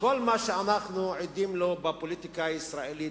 שכל מה שאנחנו עדים לו בפוליטיקה הישראלית,